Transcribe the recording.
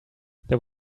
there